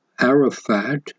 Arafat